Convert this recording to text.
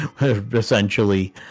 essentially